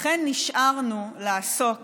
לכן נשארנו לעסוק